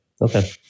okay